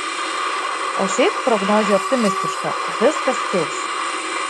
o šiaip prognozė optimistiška viskas kils